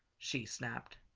she snapped.